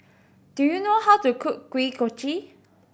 do you know how to cook Kuih Kochi